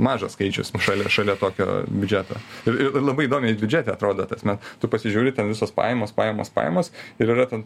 mažas skaičius šalia šalia tokio biudžeto ir ir ir labai įdomiai biudžete atrodo tasme tu pasižiūri ten visos pajamos pajamos pajamos ir yra ten